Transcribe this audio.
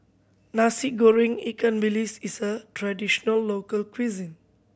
Nasi Goreng ikan bilis is a traditional local cuisine